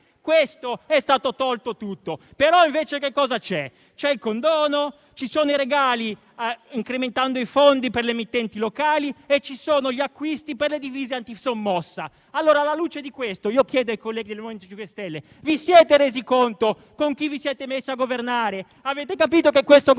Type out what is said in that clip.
line*. È stato tolto tutto questo, ma invece c'è il condono. Ci sono i regali, incrementando i fondi per le emittenti locali, e gli acquisti per le divise antisommossa. Alla luce di questo, chiedo ai colleghi del MoVimento 5 Stelle: vi siete resi conto con chi vi siete messi a governare? Avete capito che questo Governo